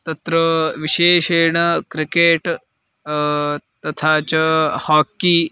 तत्र विशेषेण क्रिकेट् तथा च हाक्की